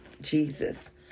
Jesus